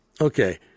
Okay